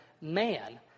man